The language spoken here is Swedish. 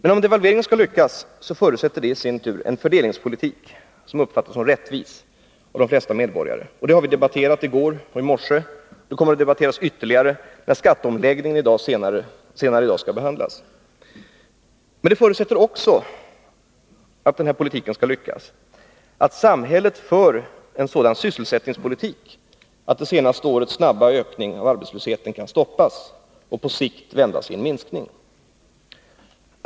En långsiktig prispolitik förutsätter i sin tur en fördelningspolitik som uppfattas som rättvis av de flesta medborgare. Det har vi debatterat i går och i morse, och det kommer att debatteras ytterligare när skatteomläggningen senare i dag skall behandlas. Det förutsätter också att samhället för en sådan sysselsättningspolitik att det senaste årets snabba ökning av arbetslösheten kan stoppas och på sikt vändas i en minskning.